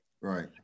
Right